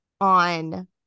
on